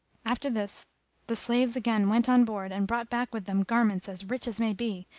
after this the slaves again went on board and brought back with them garments as rich as may be,